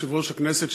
יושב-ראש הכנסת,